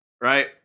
Right